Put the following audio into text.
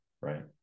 right